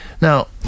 Now